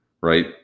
right